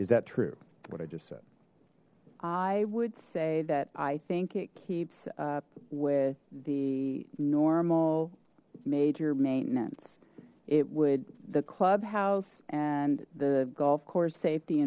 said i would say that i think it keeps up with the normal major maintenance it would the clubhouse and the golf course safety